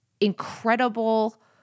incredible